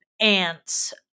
Ants